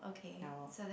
no